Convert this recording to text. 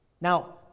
Now